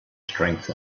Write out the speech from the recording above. strength